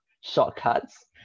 shortcuts